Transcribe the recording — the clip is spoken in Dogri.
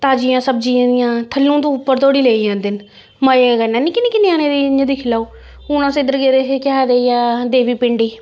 ताजियें सब्जियें दियां दियां थल्लूं दा उप्पर धोड़ी लेई जंदे न मजे कन्नै निक्के निक्के ञ्यानें गी इ'यां दिक्खी लैओ हून अस इद्धर गेदे हे केह् आखदे ऐ देवी पिंडी